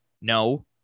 no